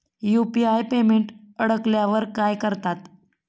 UPI payment अडकल्यावर काय करतात?